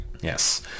Yes